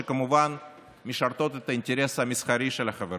שכמובן משרתות את האינטרס המסחרי של החברות.